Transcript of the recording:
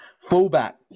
Fullback